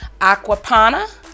Aquapana